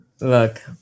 Look